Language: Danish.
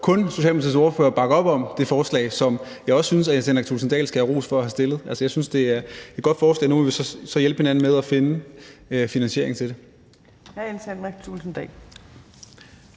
kun Socialdemokratiets ordfører bakke op om det forslag, som jeg også synes hr. Jens Henrik Thulesen Dahl skal have ros for at have fremsat. Jeg synes, det er et godt forslag, og nu må vi så hjælpe hinanden med at finde finansieringen til det.